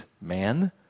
man